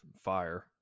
fire